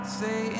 say